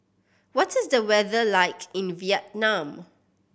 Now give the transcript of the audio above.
what is the weather like in Vietnam